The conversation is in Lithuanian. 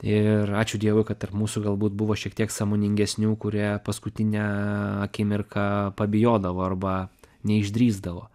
ir ačiū dievui kad tarp mūsų galbūt buvo šiek tiek sąmoningesnių kurie paskutinę akimirką pabijodavo arba neišdrįsdavo